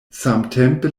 samtempe